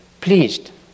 pleased